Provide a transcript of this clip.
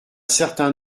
certain